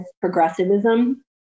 progressivism